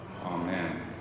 Amen